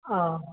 हाँ